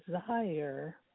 desire